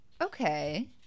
Okay